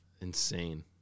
insane